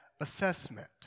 assessment